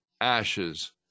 ashes